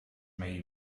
may